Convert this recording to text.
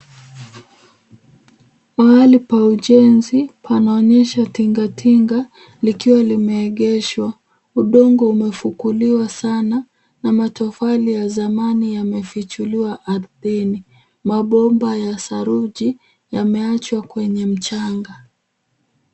Mahali pa ujenzi panaonyesha tingatinga likiwa limeegeshwa. Udongo umefukuliwa sana na matofali ya zamani yamefichuliwa ardhini. Mabomba ya saruji yameachwa kwenye mchanga.